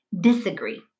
disagree